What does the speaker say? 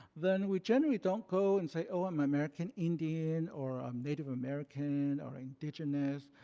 then we generally don't go and say oh, i'm american indian or i'm native american or indigenous.